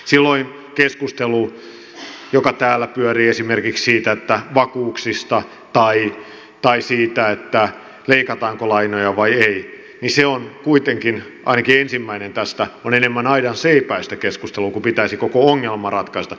silloin keskustelu joka täällä pyörii esimerkiksi vakuuksista tai siitä leikataanko lainoja vai ei on kuitenkin ainakin näistä ensimmäisestä enemmän aidanseipäistä keskustelua kun pitäisi koko ongelma ratkaista